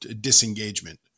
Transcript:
disengagement